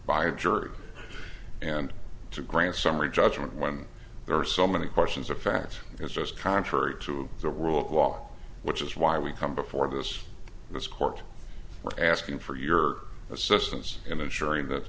by a jury and to grant summary judgment when there are so many questions of fact is just contrary to the rule of law which is why we come before this this court we're asking for your assistance in ensuring that